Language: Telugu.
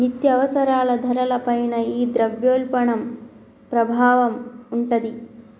నిత్యావసరాల ధరల పైన ఈ ద్రవ్యోల్బణం ప్రభావం ఉంటాది